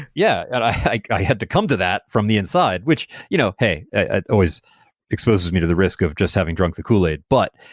yeah, and i had to come to that from the inside, which, you know hey, it always exposes me to the risk of just having drunk the kool-aid. but,